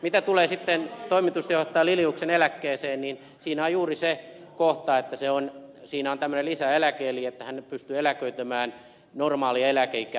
mitä tulee sitten toimitusjohtaja liliuksen eläkkeeseen niin siinä on juuri se kohta että siinä on tämmöinen lisäeläke eli hän pystyy eläköitymään normaalia eläkeikää aiemmin